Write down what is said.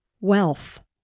wealth